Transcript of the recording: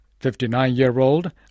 59-year-old